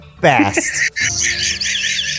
best